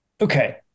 Okay